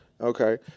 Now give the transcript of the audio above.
Okay